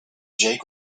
jake